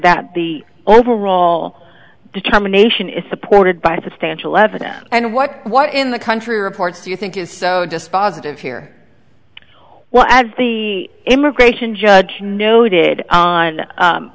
that the overall determination is supported by substantial evidence and what what in the country reports do you think is just positive here well as the immigration judge noted on